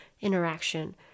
interaction